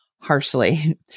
harshly